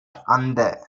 அந்த